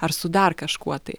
ar su dar kažkuo tai